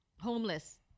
homeless